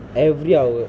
every hour